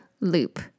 loop